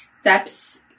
steps